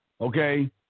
Okay